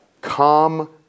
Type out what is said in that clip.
calm